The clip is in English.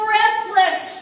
restless